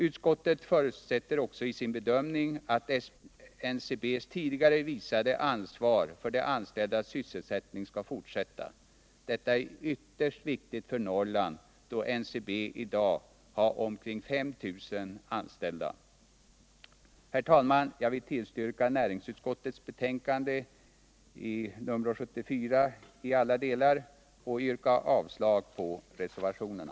Utskottet förutsätter också i sin bedömning att NCB:s tidigare visade ansvar för de anställdas sysselsättning skall fortsätta. Detta är ytterst viktigt för Norrland, då NCB i dag har omkring 5 000 anställda. Herr talman! Jag vill tillstyrka näringsutskottets betänkande nr 74 i alla delar och yrka avslag på reservationerna.